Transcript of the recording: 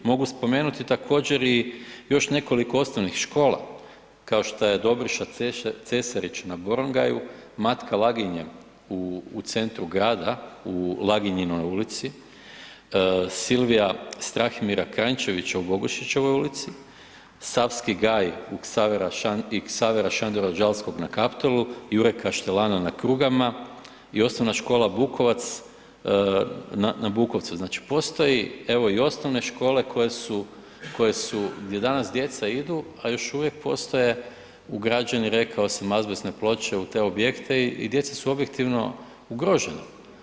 Mogu spomenuti također još nekoliko osnovnih škola kao šta je Dobriša Cesarić na Borongaju, Matka Laginje u centru grada u Laginjinoj ulici, Silvija Strahimira Kranjčevića u Bogišićevoj ulici, Savski gaj i Ksavera SAndora Đalskog na Kaptolu, Jure Kaštelana na Krugama i Osnovna škola Bukovac na Bukovcu, znači postoje i osnovne škole koje su gdje danas djeca idu, a još uvijek postoje ugrađene azbestne ploče u te objekte i djeca su objektivno ugrožena.